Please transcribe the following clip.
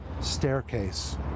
Staircase